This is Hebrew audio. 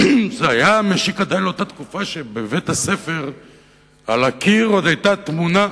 זה משיק לתקופה שבבית-הספר על הקיר עוד היתה תמונה,